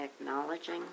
acknowledging